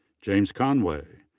james conway.